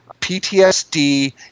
PTSD